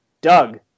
Doug